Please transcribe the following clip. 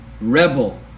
rebel